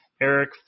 Eric